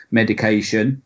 medication